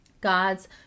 God's